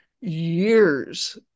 Years